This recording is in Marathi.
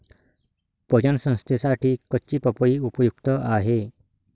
पचन संस्थेसाठी कच्ची पपई उपयुक्त आहे